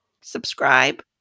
subscribe